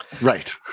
Right